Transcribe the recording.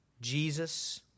Jesus